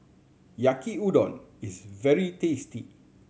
Yaki Udon is very tasty